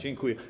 Dziękuję.